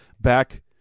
back